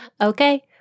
Okay